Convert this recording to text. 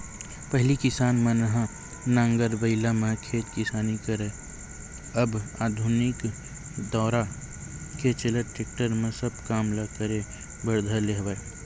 पहिली किसान मन ह नांगर बइला म खेत किसानी करय अब आधुनिक दौरा के चलत टेक्टरे म सब काम ल करे बर धर ले हवय